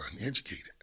uneducated